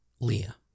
Leah